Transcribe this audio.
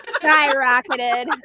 skyrocketed